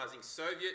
Soviet